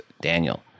Daniel